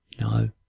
no